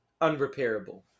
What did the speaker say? unrepairable